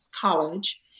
college